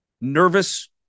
nervous